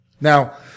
Now